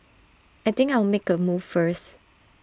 I think I'll make A move first